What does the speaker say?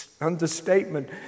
understatement